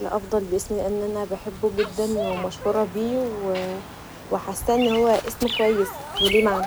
الأفضل باسمي لأن أنا بحبه جدا ومشهوره بيه وحاسه انه اسم كويس و ليه معني